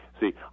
See